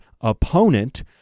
opponent